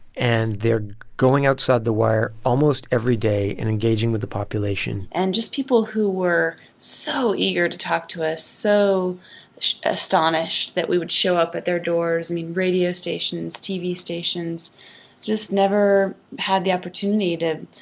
and they're going outside the wire almost every day and engaging with the population and just people who were so eager to talk to us so astonished that we would show up at their doors. i mean, radio stations, tv stations just never had the opportunity to